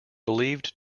believed